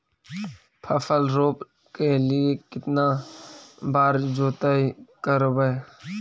फसल रोप के लिय कितना बार जोतई करबय?